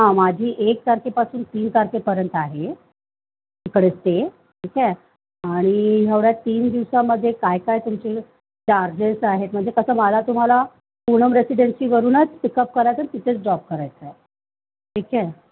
हां माझी एक तारखेपासून तीन तारखेपर्यंत आहे इकडे स्टे ठीक आहे आणि एवढया तीन दिवसामध्ये काय काय तुमचे चार्जेस आहेत म्हणजे कसं मला तुम्हाला पूनम रेसिडेन्सीवरूनच पिक अप करायचं तिथेच ड्रॉप करायचं आहे ठीक आहे